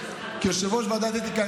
כיושב-ראש ועדת האתיקה,